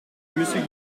monsieur